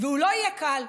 והוא לא יהיה קל,